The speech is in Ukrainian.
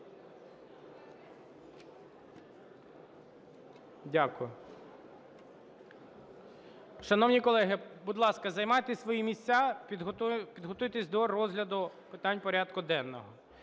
Дякую. Шановні колеги, будь ласка, займайте свої місця, підготуйтесь до розгляду питань порядку денного.